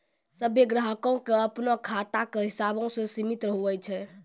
सभ्भे ग्राहको के अपनो खाता के हिसाबो से सीमित हुवै छै